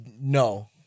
No